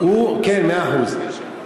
כן, מאה אחוז.